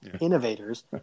innovators